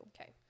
Okay